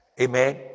Amen